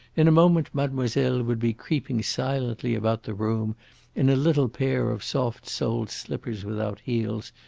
in a moment mademoiselle would be creeping silently about the room in a little pair of soft-soled slippers without heels,